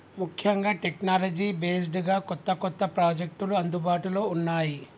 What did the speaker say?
ముఖ్యంగా technology based గా కొత్త కొత్త ప్రాజెక్టులు అందుబాటులో ఉన్నాయి